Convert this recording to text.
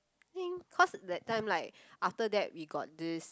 think cause that time like after that we got this